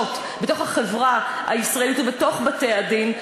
בתוך החברה הישראלית ובתוך בתי-הדין,